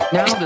Now